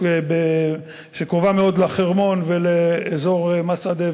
Welcome to Israel,